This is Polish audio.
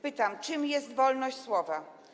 Pytam: Czym jest wolność słowa?